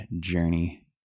journey